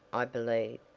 i believe,